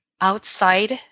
outside